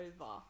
over